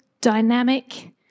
dynamic